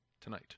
tonight